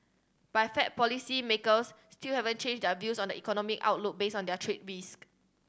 but Fed policymakers still haven't changed their views on the economic outlook based on their trade risk